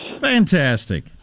Fantastic